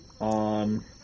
On